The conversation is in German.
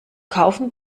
kaufen